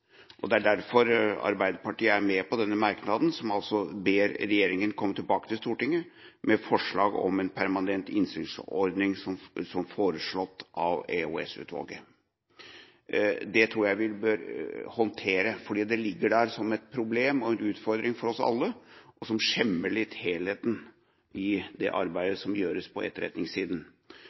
er Arbeiderpartiet med på merknaden hvor man ber regjeringen komme tilbake til Stortinget med forslag om en permanent innsynsordning, som foreslått av EOS-utvalget. Det tror jeg vi bør håndtere, for det ligger der som et problem og en utfordring for oss alle, som litt skjemmer helheten i det arbeidet som gjøres på etterretningssiden.